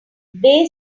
they